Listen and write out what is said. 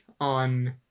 on